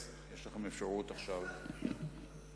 יש לכם אפשרות עכשיו להירשם.